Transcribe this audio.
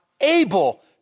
able